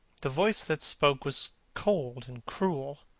the voice that spoke was cold and cruel.